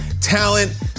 talent